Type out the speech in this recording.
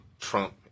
Trump